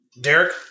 Derek